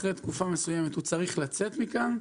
אחרי תקופה מסוימת הוא צריך לצאת מכאן,